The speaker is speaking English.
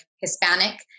Hispanic